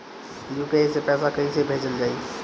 UPI से पैसा कइसे भेजल जाई?